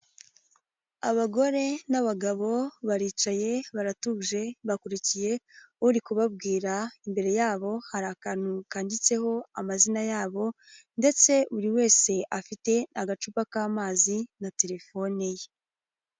Abagore n'abagabo baricaye, baratuje, bakurikiye uri kubabwira, imbere yabo hari akantu kanditseho amazina yabo, ndetse buri wese afite agacupa k'amazi na telefone ye.